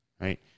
Right